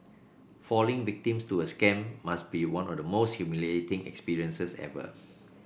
falling victims to a scam must be one of the most humiliating experiences ever